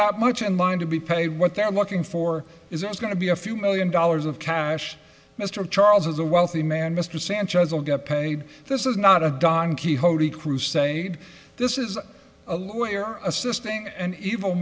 that much in mind to be paid what they're looking for is going to be a few million dollars of cash mr charles is a wealthy man mr sanchez will get paid this is not a don quixote crusade this is a lawyer assisting an evil